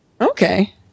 Okay